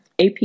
AP